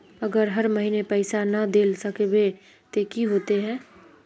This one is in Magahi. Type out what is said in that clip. अगर हर महीने पैसा ना देल सकबे ते की होते है?